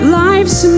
life's